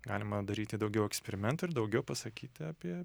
galima daryti daugiau eksperimentų ir daugiau pasakyti apie